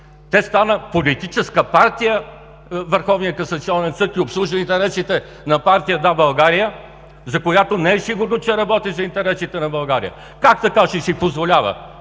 съд стана политическа партия и обслужва интересите на партия „Да, България“, за която не е сигурно, че работи за интересите на България. Как така ще си позволява